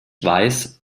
weiß